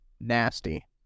nasty